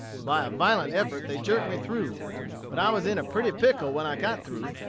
by a violent effort they jerked me through but i was in a pretty pickle when i got through.